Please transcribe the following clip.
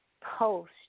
post